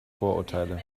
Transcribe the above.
vorurteile